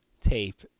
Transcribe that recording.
tape